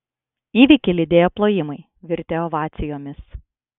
įvykį lydėjo plojimai virtę ovacijomis